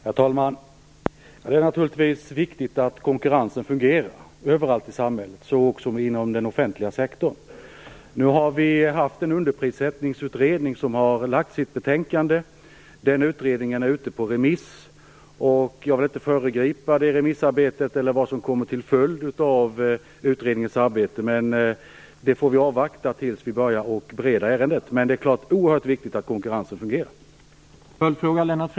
Herr talman! Det är naturligtvis viktigt att konkurrensen fungerar överallt i samhället, så också inom den offentliga sektorn. Vi har haft en underprissättningsutredning, som nu har lagt fram sitt betänkande. Utredningen är ute på remiss, och jag vill inte föregripa det remissarbetet eller vad som kommer som följd av utredningens arbete. Vi får avvakta tills vi börjar bereda ärendet. Det är självfallet oerhört viktigt att konkurrensen fungerar.